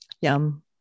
Yum